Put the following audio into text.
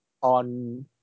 on